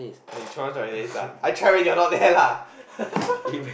then you try this ah try when you're not there lah